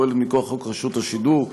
הפועלת מכוח חוק רשות השידור,